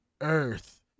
earth